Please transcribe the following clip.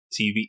TV